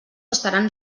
estaran